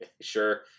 Sure